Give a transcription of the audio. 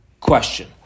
question